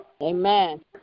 Amen